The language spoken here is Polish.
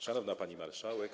Szanowna Pani Marszałek!